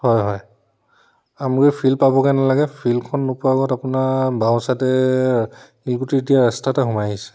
হয় হয় আমগুৰি ফিল্ড পাবগৈ নালাগে ফিল্ডখন নোপোৱাৰ আগত আপোনাৰ বাওঁ ছাইডে শিলগুটি দিয়া ৰাস্তা এটা সোমাই আহিছে